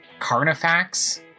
Carnifax